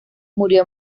murió